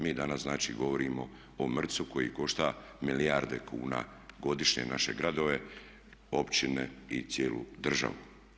Mi danas znači govorimo o MRC-u koji košta milijarde kuna godišnje naše gradove, općine i cijelu državu.